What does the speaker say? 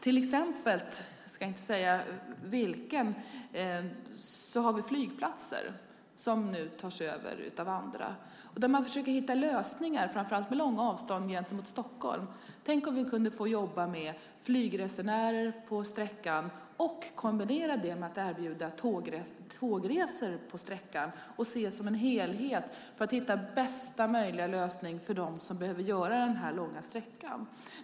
Vi har till exempel flygplatser som nu tas över av andra. Därför försöker man att hitta lösningar framför allt vid långa avstånd till Stockholm. Tänk om vi kunde få jobba med flygresenärer på sträckan och kombinera det med att erbjuda tågresor på sträckan och se det som en helhet för att få bästa möjliga lösning för dem som måste åka denna långa sträcka.